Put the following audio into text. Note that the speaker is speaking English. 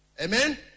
Amen